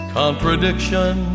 contradiction